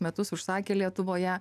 metus užsakė lietuvoje